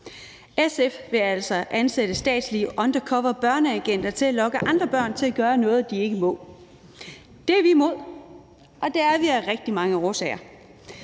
SF vil altså ansætte statslige undercoverbørneagenter til at lokke andre børn til at gøre noget, de ikke må. Det er vi imod, og det er vi af rigtig mange årsager.